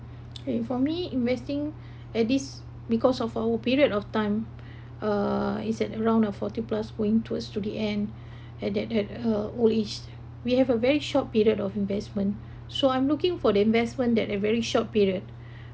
okay for me investing at this because of our period of time uh it's at around uh forty plus going towards to the end at that at uh old age we have a very short period of investment so I'm looking for the investment that a very short period